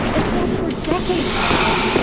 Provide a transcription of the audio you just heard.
and so, for decades now,